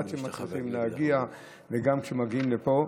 עד שמצליחים להגיע וגם כשמגיעים לפה,